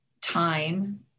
time